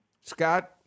Scott